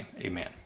amen